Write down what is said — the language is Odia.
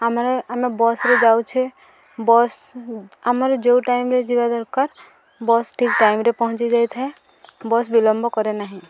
ଆମର ଆମେ ବସ୍ରେ ଯାଉଛେ ବସ୍ ଆମର ଯେଉଁ ଟାଇମ୍ରେ ଯିବା ଦରକାର ବସ୍ ଠିକ୍ ଟାଇମ୍ରେ ପହଞ୍ଚି ଯାଇଥାଏ ବସ୍ ବିିଲମ୍ବ କରେ ନାହିଁ